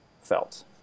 felt